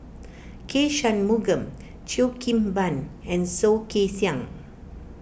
K Shanmugam Cheo Kim Ban and Soh Kay Siang